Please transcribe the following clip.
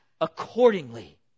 accordingly